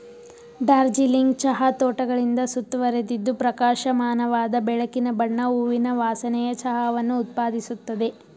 ಡಾರ್ಜಿಲಿಂಗ್ ಚಹಾ ತೋಟಗಳಿಂದ ಸುತ್ತುವರಿದಿದ್ದು ಪ್ರಕಾಶಮಾನವಾದ ಬೆಳಕಿನ ಬಣ್ಣ ಹೂವಿನ ವಾಸನೆಯ ಚಹಾವನ್ನು ಉತ್ಪಾದಿಸುತ್ತದೆ